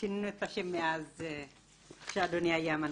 שינינו את השם מאז שאדוני היה מנכ"ל.